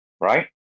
right